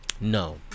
no